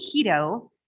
keto